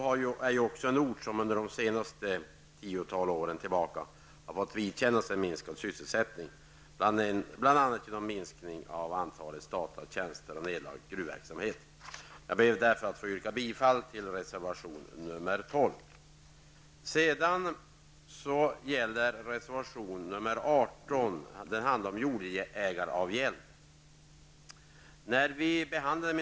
Det är en ort som under de senaste tio åren har fått vidkännas en minskad sysselsättning, bl.a. till följd av ett minskat antal statliga tjänster och nedlagd gruvverksamhet. Jag ber därför att få yrka bifall till reservation 12. Reservation 18 handlar om jordägaravgäld.